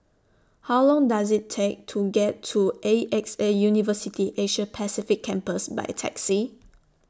How Long Does IT Take to get to A X A University Asia Pacific Campus By Taxi